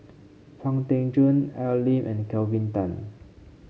Pang Teck Joon Al Lim and Kelvin Tan